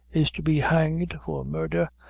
is to be hanged for murdher,